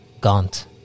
gaunt